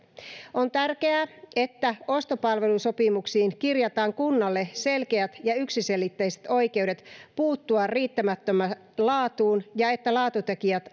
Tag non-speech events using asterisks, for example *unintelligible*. on tärkeää että ostopalvelusopimuksiin kirjataan kunnalle selkeät ja yksiselitteiset oikeudet puuttua riittämättömään laatuun ja että laatutekijät *unintelligible*